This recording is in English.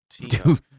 Dude